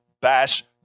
bash